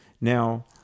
Now